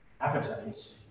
appetites